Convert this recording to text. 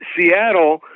Seattle